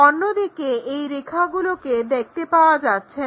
অন্যদিকে এই রেখাগুলোকে দেখতে পাওয়া যাচ্ছে না